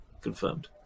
Confirmed